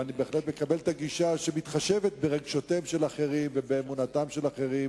ואני בהחלט מקבל את הגישה שמתחשבת ברגשותיהם של אחרים ובאמונתם של אחרים